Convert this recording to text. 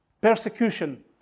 persecution